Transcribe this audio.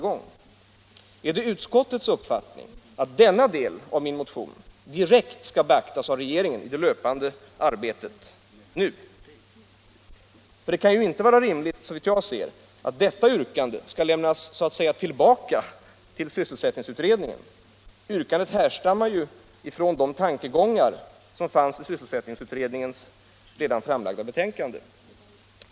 Är det utskottets uppfattning att denna del av min motion direkt skall beaktas av regeringen i det löpande arbetet? Det kan ju inte vara rimligt, såvitt jag förstår, att detta yrkande så att säga skall lämnas tillbaka till sysselsättningsutredningen; yrkandet härstammar ju från de tankegångar som fanns i dess redan framlagda betänkande.